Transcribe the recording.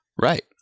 Right